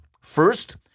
First